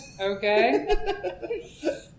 Okay